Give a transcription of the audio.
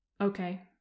Okay